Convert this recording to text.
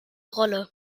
rolle